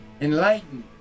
enlightened